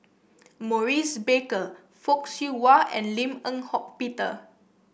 Maurice Baker Fock Siew Wah and Lim Eng Hock Peter